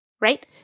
right